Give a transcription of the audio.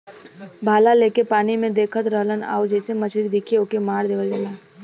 भाला लेके पानी में देखत रहलन आउर जइसे मछरी दिखे ओके मार देवल जाला